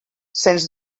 sens